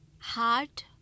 Heart